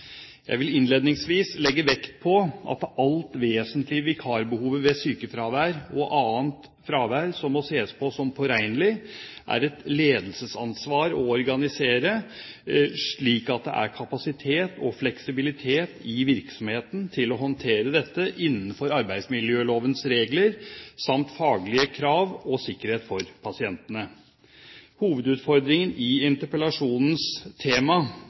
Jeg vil innledningsvis legge vekt på at det alt vesentlige vikarbehovet ved sykefravær og annet fravær som må ses på som påregnelig, er et ledelsesansvar å organisere, slik at det er kapasitet og fleksibilitet i virksomheten til å håndtere dette innenfor arbeidsmiljølovens regler, samt faglige krav og sikkerhet for pasientene. Hovedutfordringen i interpellasjonens tema